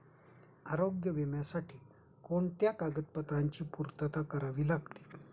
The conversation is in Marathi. आरोग्य विम्यासाठी कोणत्या कागदपत्रांची पूर्तता करावी लागते?